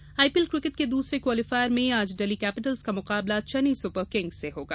IPL IPL cricket के दूसरे qualifier में आज डेल्ही कैपिटल्स का मुकाबला चेन्नेई सुपर किंग्स से होगा